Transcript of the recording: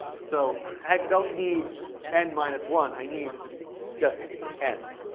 so i don't need end minus one, i need just end.